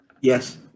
yes